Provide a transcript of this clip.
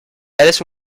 eres